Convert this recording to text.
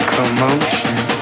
Commotion